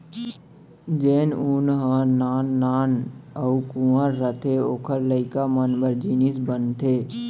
जेन ऊन ह नान नान अउ कुंवर रथे ओकर लइका मन बर जिनिस बनाथे